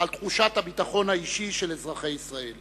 על תחושת הביטחון האישי של אזרחי ישראל.